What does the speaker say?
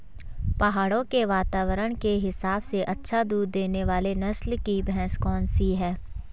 पहाड़ों के वातावरण के हिसाब से अच्छा दूध देने वाली नस्ल की भैंस कौन सी हैं?